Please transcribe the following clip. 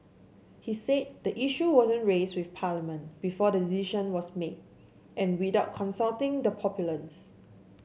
he said the issue wasn't raised with Parliament before the decision was made and without consulting the populace